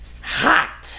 Hot